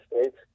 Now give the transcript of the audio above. States